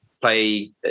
play